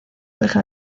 deja